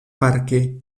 parque